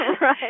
Right